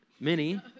mini